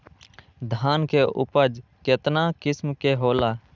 धान के उपज केतना किस्म के होला?